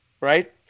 right